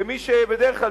כמי שבדרך כלל,